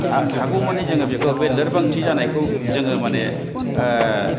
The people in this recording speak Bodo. हागौमानि जोङो बेखौ बे लोरबांथि जानायखौ जोङो माने